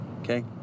Okay